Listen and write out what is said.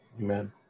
Amen